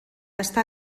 està